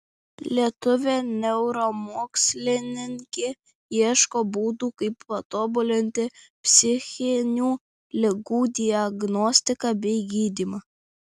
lietuvė neuromokslininkė ieško būdų kaip patobulinti psichinių ligų diagnostiką bei gydymą